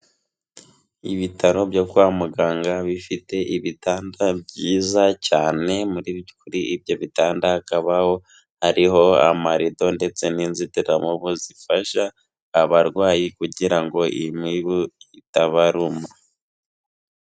Ibitaro byo kwa muganga bifite ibitanda byiza cyane, kuri ibyo bitanda hakabaho hariho amarido ndetse n'inzitiramubu zifasha abarwayi kugira ngo imibu itabaruma.